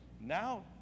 Now